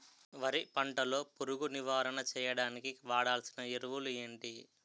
వరి పంట లో పురుగు నివారణ చేయడానికి వాడాల్సిన ఎరువులు ఏంటి?